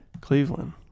Cleveland